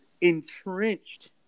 entrenched